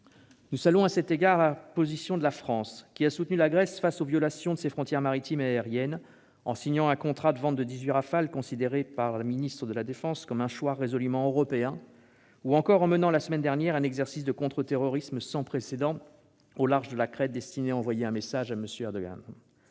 Nous saluons à cet égard la position de la France, qui a soutenu la Grèce face aux violations de ses frontières maritimes et aériennes, en signant un contrat de vente de 18 avions Rafale, considéré par Florence Parly comme un choix résolument européen, ou encore en menant la semaine dernière un exercice de contre-terrorisme sans précédent au large de la Crète, destiné à envoyer un message à M. Erdogan.